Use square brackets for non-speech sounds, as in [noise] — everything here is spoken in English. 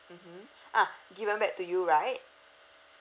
mmhmm [breath] ah given back to you right